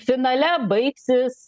finale baigsis